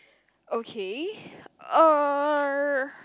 okay err